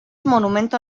monumento